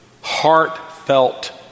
heartfelt